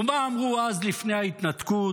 ומה אמרו אז, לפני ההתנתקות?